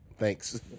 Thanks